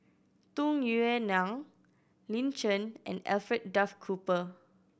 Tung Yue Nang Lin Chen and Alfred Duff Cooper